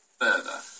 further